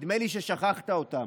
נדמה לי ששכחת אותם.